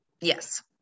Yes